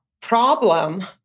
problem